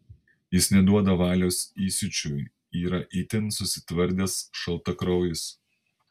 jis neduoda valios įsiūčiui yra itin susitvardęs šaltakraujis